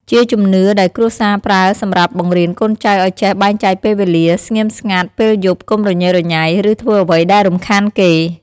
ជាជំនឿដែលគ្រួសារប្រើសម្រាប់បង្រៀនកូនចៅឲ្យចេះបែងចែកពេលវេលា ស្ងៀមស្ងាត់ពេលយប់ កុំរញ៉េរញ៉ៃ ឬធ្វើអ្វីដែលរំខានគេ។